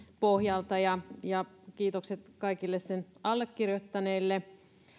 pohjalta ja ja kiitokset kaikille sen allekirjoittaneille